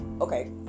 okay